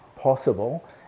possible